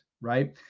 right